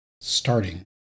Starting